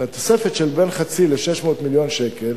והתוספת של בין חצי מיליארד ל-600 מיליון שקל